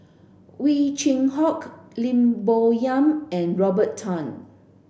Ow Chin Hock Lim Bo Yam and Robert Tan